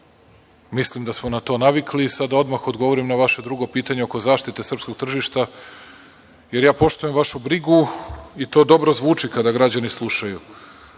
mislim da smo na to navikli. Sada odmah da odgovorim na vaše drugo pitanje oko zaštite srpskog tržišta, jer ja poštujem vašu brigu i to dobro zvuči kada građani slušaju,